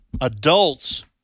adults